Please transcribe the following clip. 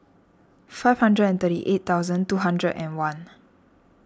five hundred and thirty eight thousand two hundred and one